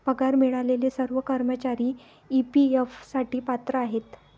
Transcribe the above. पगार मिळालेले सर्व कर्मचारी ई.पी.एफ साठी पात्र आहेत